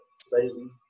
Satan